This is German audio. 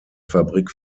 fabrik